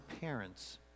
parents